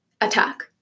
attack